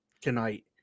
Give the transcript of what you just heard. tonight